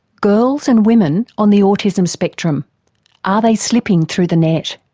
girls and women on the autism spectrum are they slipping through the net?